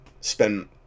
spend